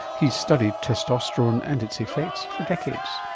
he's studied testosterone and its effects for decades.